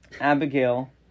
Abigail